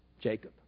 Jacob